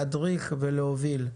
להדריך ולהוביל.